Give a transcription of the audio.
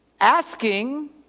Asking